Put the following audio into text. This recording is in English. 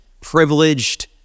privileged